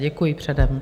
Děkuji předem.